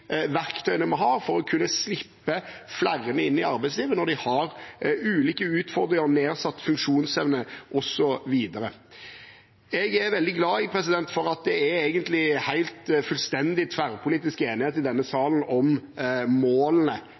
har ulike utfordringer, nedsatt funksjonsevne osv. Jeg er veldig glad for at det egentlig er helt fullstendig tverrpolitisk enighet i denne salen om målene